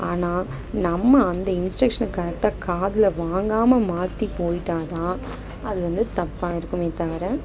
ஆனால் நம்ம அந்த இன்ஸ்ட்ரெக்ஷனை கரெக்டாக காதில் வாங்காமல் மாற்றி போயிட்டால் தான் அது வந்து தப்பாக இருக்கும் தவிர